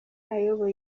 ayobora